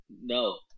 No